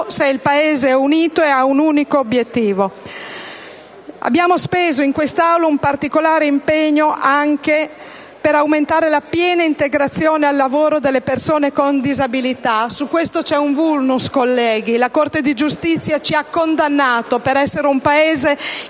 se il Paese è unito e ha un unico obiettivo. Abbiamo preso in quest'Aula un particolare impegno anche per aumentare la piena integrazione al lavoro delle persone con disabilità. Su questo c'è un *vulnus*, colleghi. La Corte di giustizia ci ha condannato per essere un Paese